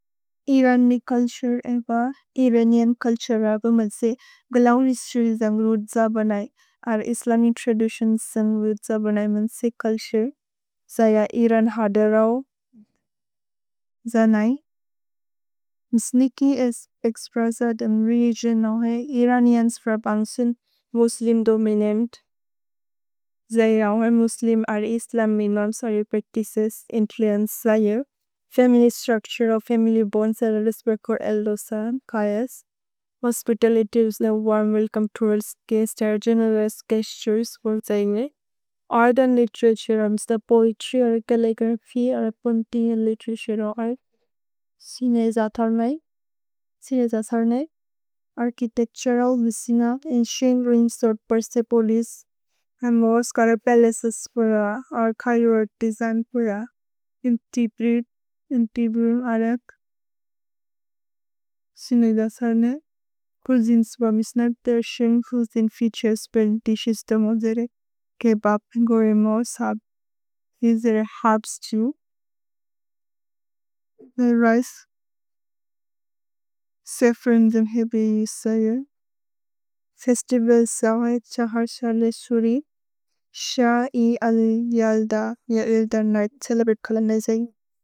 इरन्ने culture एव। Iranian culture एव। मल्से ग्लौ निस्त्रि जन्ग्रुद् जबनए। अर्-इस्लमि त्रदुसिओन् जन्ग्रुद् जबनए। मल्से चुल्तुरे। जय इरन् हदेरओ। जनए। मिस्निकि एस् एक्स्प्रेस दम् रेइजिन् ओहे। इरनिअन्स् फ्र बन्सिन् मुस्लिम् दोमिनन्त्। जय ओहे मुस्लिम् अर्-इस्लम् मिनम् सरि प्रेतिसेस् इन्फ्लुएन्चे जय। Feminist structure of family bonds and respect for elders and कयस्। Hospitality is the warm welcome to all guests and generous gestures. Art and literature means the poetry or calligraphy or painting and literature or art. सिनेज तर्मेइ। सिनेज सर्ने। Architectural विचिन। Ancient ruins of Persepolis. अमोरोस् चरपलचेस् पुर। Archival design पुर। Integrate. इन्तेग्रुम् अरक्। सिनेज सर्ने। Cuisines from Islam tradition. Cuisine features. Plenty dishes. तमदेरे। केबब्। गोरेमो। सब्। थेसे अरे हेर्ब्स् तू। मेरज्। सफ्फ्रोन्। जम्हिबि। सयुर्। फेस्तिवल्स्। जहिद्। शहर्। शह्र्लि। सुरि। शहि। अलि। Yalda. Yalda night. Celebrate colonising.